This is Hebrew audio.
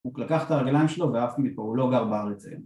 הוא לקח את הרגליים שלו ועף מפה הוא לא גר בארץ